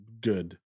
good